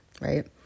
right